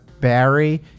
Barry